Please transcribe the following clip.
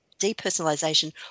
depersonalization